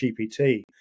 gpt